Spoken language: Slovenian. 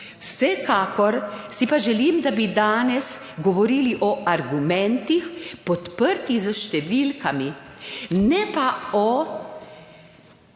Vsekakor si pa želim, da bi danes govorili o argumentih, podprtih s številkami, ne pa o